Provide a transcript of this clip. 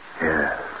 Yes